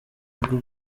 bwo